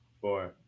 four